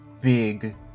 big